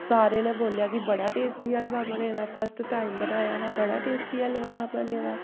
सारे जनें बोल्लेआ कि बड़ा टेस्टी हलवा बने दा फर्स्ट टाइम बनाया हा बड़ा टेस्टी हलवा हा बने दा